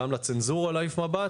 גם לצנזורה להעיף מבט.